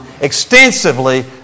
extensively